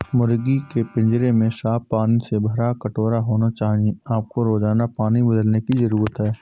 मुर्गी के पिंजरे में साफ पानी से भरा कटोरा होना चाहिए आपको रोजाना पानी बदलने की जरूरत है